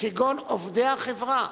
כגון עובדי החברה,